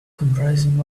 comprising